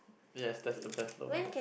yes that's the best lobang